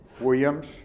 Williams